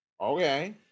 Okay